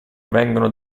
vengono